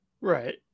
Right